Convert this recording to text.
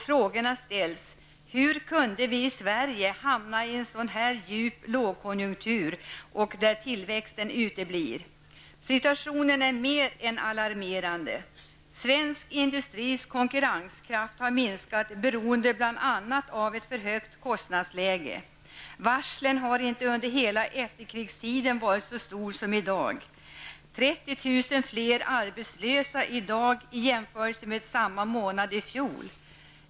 Frågan ställs: Hur kunde vi i Sverige hamna i en sådan djup lågkonjunktur, där tillväxten uteblir? Situationen är mer än alarmerande. Svensk industris konkurrenskraft har minskat bl.a. beroende på ett för högt kostnadsläge. Antalet varsel har inte under hela efterkrigstiden varit så många som i dag. Det finns 30 000 fler arbetslösa i dag jämfört med samma månad i fjol.